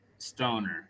stoner